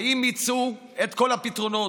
האם מיצו את כל הפתרונות?